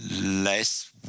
less